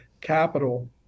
capital